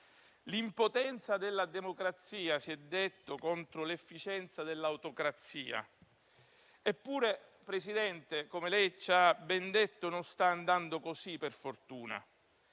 L'impotenza della democrazia - si è detto - contro l'efficienza della autocrazia. Eppure, Presidente, come lei ci ha ben detto, non sta andando così, per fortuna.